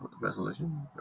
resolution